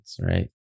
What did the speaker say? right